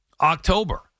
October